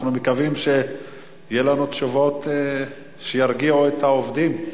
אנחנו מקווים שיהיו לנו תשובות שירגיעו את העובדים.